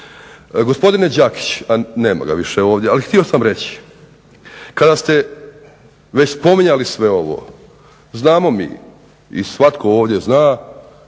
Gospodine Đakić, nema ga više ovdje, ali htio sam reći, kada ste već spominjali sve ovo, znamo mi i svatko ovdje zna,